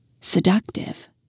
seductive